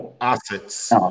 assets